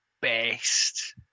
best